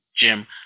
Jim